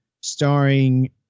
starring